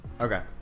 okay